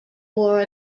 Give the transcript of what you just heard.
war